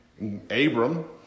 abram